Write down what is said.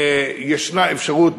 ישנה אפשרות,